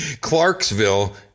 Clarksville